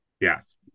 Yes